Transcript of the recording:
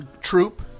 troop